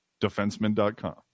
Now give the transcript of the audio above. defenseman.com